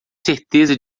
certeza